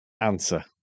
answer